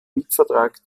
mietvertrag